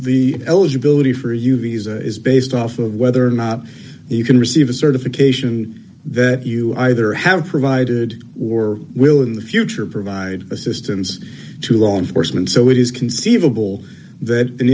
the eligibility for you visa is based off of whether or not you can receive a certification that you either have provided or will in the future provide assistance to law enforcement so it is conceivable that an